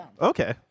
Okay